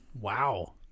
Wow